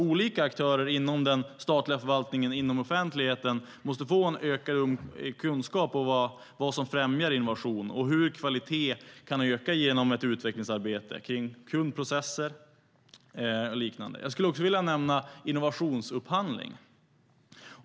Olika aktörer inom den statliga förvaltningen, inom offentligheten, måste få ökad kunskap om vad som främjar innovation och hur kvalitet kan öka genom ett utvecklingsarbete kring kundprocesser och liknande. Jag skulle också vilja nämna innovationsupphandling.